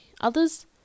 others